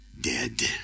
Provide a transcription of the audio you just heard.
dead